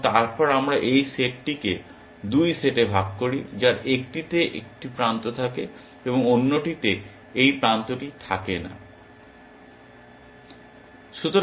এবং তারপর আমরা এই সেটটিকে 2 সেটে ভাগ করি যার একটিতে একটি প্রান্ত থাকে এবং অন্যটিতে এই প্রান্তটি থাকে না